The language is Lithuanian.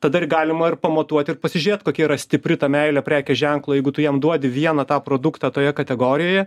tada ir galima ir pamatuoti ir pasižiūrėt kokia yra stipri ta meilė prekės ženklui jeigu tu jam duodi vieną tą produktą toje kategorijoje